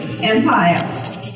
Empire